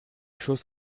choses